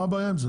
מה הבעיה עם זה?